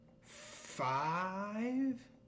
five